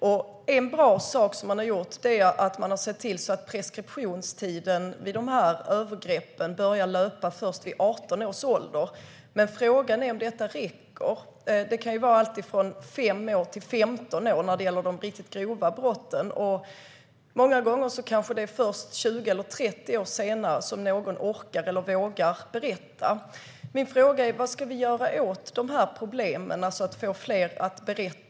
En bra sak man har gjort är att se till att preskriptionstiden för övergreppen börjar löpa först vid 18 års ålder, men frågan är om detta räcker. Det kan röra sig om alltifrån 5 år till 15 år, när det gäller de riktigt grova brotten, och många gånger är det först 20 eller 30 år senare offret orkar eller vågar berätta. Mina frågor är: Vad ska vi göra åt problemen? Hur ska vi få fler att berätta?